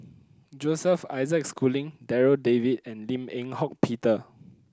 Joseph Isaac Schooling Darryl David and Lim Eng Hock Peter